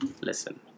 Listen